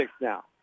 now